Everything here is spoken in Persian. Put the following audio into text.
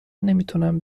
نمیتونم